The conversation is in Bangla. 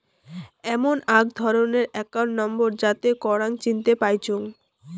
এমন আক ধরণের একাউন্ট নম্বর যাতে করাং চিনতে পাইচুঙ